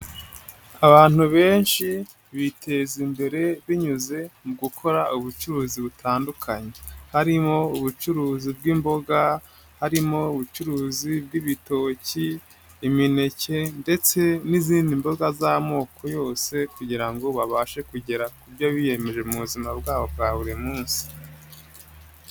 Abantu benshi biteza imbere binyuze mu gukora ubucuruzi butandukanye, harimo ubucuruzi bw'imboga, harimo ubucuruzi bw'ibitoki, imineke ndetse n'izindi mboga z'amoko yose kugira ngo babashe kugera ku byo biyemeje mu buzima bwabo bwa buri munsi.